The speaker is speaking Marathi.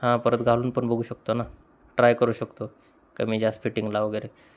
हा परत घालून पण बघू शकतो ना ट्राय करू शकतो कमी जास्त फिटिंगला वगैरे